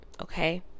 okay